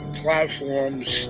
platforms